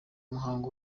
muhango